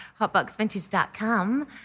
hotboxvintage.com